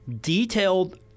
detailed